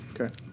Okay